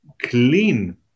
clean